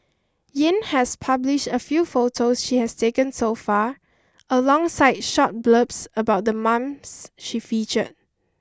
Yin has published a few photos she has taken so far alongside short blurbs about the mom's she featured